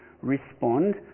respond